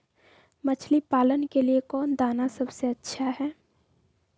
मछली पालन के लिए कौन दाना सबसे अच्छा है?